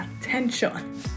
attention